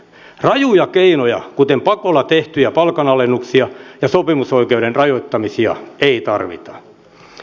rajuja keinoja kuten pakolla tehtyjä palkanalennuksia ja sopimisoikeuden rajoittamisia ei tarvita